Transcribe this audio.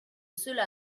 cela